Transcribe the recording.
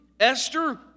Esther